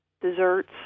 desserts